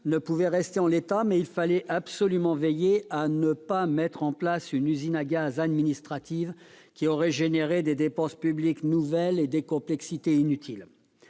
ne pouvait rester en l'état, mais il fallait absolument veiller à ne pas mettre en place une usine à gaz administrative, qui aurait produit des dépenses publiques nouvelles et des complexités inutiles.